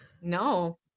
No